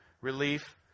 relief